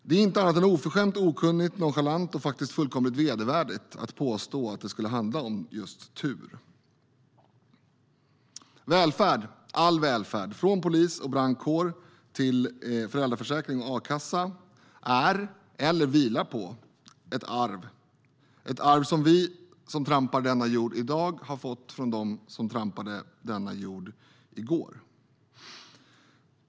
Det är inget annat än oförskämt, okunnigt, nonchalant och faktiskt fullkomligt vedervärdigt att påstå att det skulle handla om tur. Välfärd, all välfärd, från polis och brandkår till föräldraförsäkring och a-kassa, är eller vilar på ett arv som vi som trampar denna jord i dag har fått från dem som trampade denna jord i går.